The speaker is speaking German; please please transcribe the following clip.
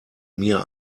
mir